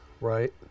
Right